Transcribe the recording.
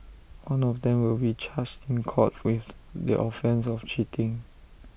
one of them will be charged in court with the offence of cheating